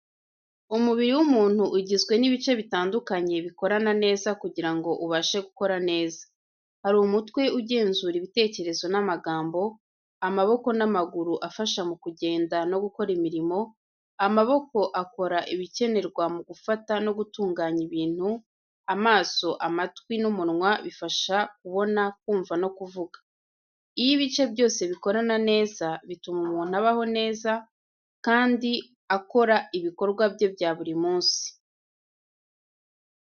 Umubiri w’umuntu ugizwe n’ibice bitandukanye bikorana neza kugira ngo ubashe gukora neza. Hari umutwe ugenzura ibitekerezo n’amagambo, amaboko n’amaguru afasha mu kugenda no gukora imirimo, amaboko akora ibikenerwa mu gufata no gutunganya ibintu, amaso, amatwi, n’umunwa bifasha kubona, kumva no kuvuga. Iyo ibice byose bikorana neza, bituma umuntu abaho neza, kandi akora ibikorwa bye bya buri munsi.